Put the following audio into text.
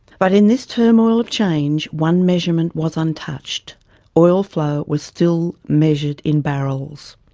but in this turmoil of change one measurement was untouched oil flow was still measured in barrels.